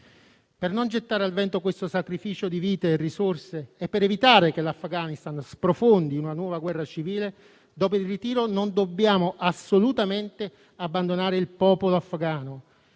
Per non gettare al vento questo sacrificio di vite e risorse e per evitare che l'Afghanistan sprofondi in una nuova guerra civile, dopo il ritiro non dobbiamo assolutamente abbandonare il popolo afgano.